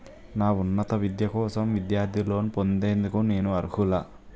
నా ఉన్నత విద్య కోసం విద్యార్థి లోన్ పొందేందుకు నేను అర్హులా?